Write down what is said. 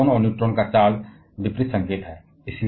लेकिन प्रोटॉन और इलेक्ट्रॉन का चार्ज विपरीत संकेत हैं